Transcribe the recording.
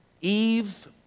Eve